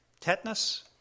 tetanus